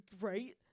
Right